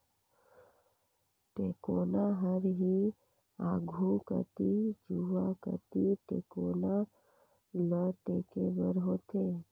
टेकोना हर ही आघु कती जुवा कती टेकोना ल टेके बर होथे